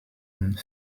und